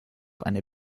eine